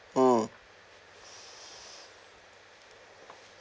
hmm